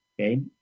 Okay